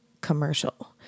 commercial